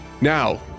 Now